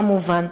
כמובן.